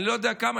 אני לא יודע כמה,